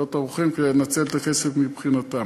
להיות ערוכים כדי לנצל את הכסף מבחינתם.